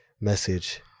message